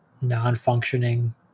non-functioning